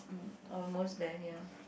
mm almost there ya